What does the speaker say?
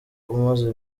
umaze